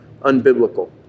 unbiblical